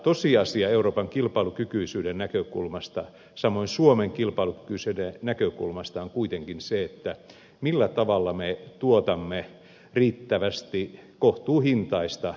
tosiasia euroopan kilpailukykyisyyden näkökulmasta samoin suomen kilpailukykyisyyden näkökulmasta on kuitenkin se millä tavalla me tuotamme riittävästi kohtuuhintaista energiaa